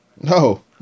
No